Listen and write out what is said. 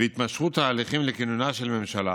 והתמשכות ההליכים לכינונה של ממשלה,